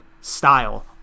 style